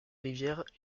rivières